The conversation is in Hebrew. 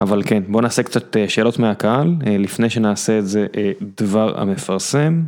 אבל כן, בואו נעשה קצת שאלות מהקהל, לפני שנעשה את זה דבר המפרסם.